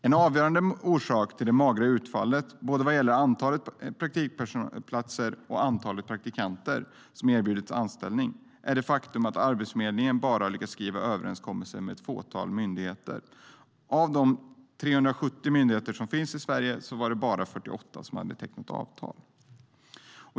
En avgörande orsak till det magra utfallet, både vad gäller antalet praktikplatser och antalet praktikanter som erbjudits anställning, är det faktum att Arbetsförmedlingen bara har lyckats skriva överenskommelser med ett fåtal myndigheter. Av de 370 myndigheter som finns i Sverige är det bara 48 som tecknat avtal.